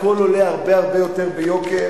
הכול עולה הרבה הרבה יותר ביוקר.